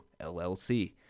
LLC